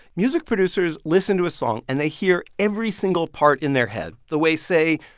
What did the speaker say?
music producers listen to a song, and they hear every single part in their head the way, say,